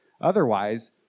Otherwise